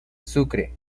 sucre